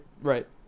Right